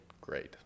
great